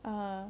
err